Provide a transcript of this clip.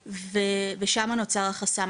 ושם נוצר החסם,